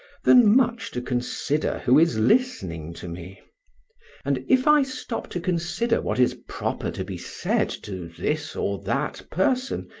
than much to consider who is listening to me and if i stop to consider what is proper to be said to this or that person,